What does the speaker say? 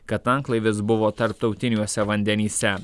kad tanklaivis buvo tarptautiniuose vandenyse